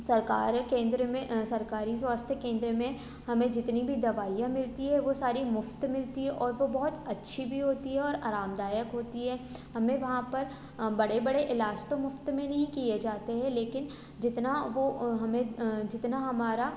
सरकारी केंद्र में सरकारी स्वास्थ्य केंद्र में हमें जितनी भी दवाइयाँ मिलती हैं वो सारी मुफ़्त मिलती हैं और वो बहुत अच्छी भी होती है और आरामदायक होती है हमें वहाँ पर बड़े बड़े इलाज तो मुफ़्त में नहीं किए जाते हैं लेकिन जितना वो हमें जितना हमारा